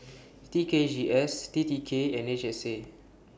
T K G S T T K and H S A